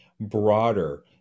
broader